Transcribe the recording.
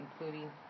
including